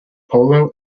polo